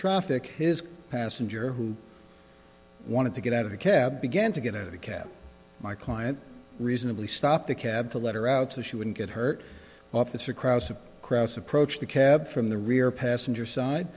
traffic his passenger who wanted to get out of the cab began to get a cab my client reasonably stopped the cab to let her out so she wouldn't get hurt officer crouse a cross approached the cab from the rear passenger side